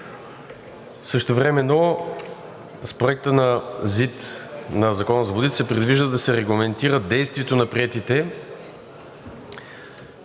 Същевременно с Проекта на закона за водите се предвижда да се регламентира действието на приетите